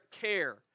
care